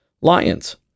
Lions